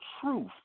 truth